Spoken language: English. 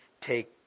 take